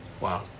Wow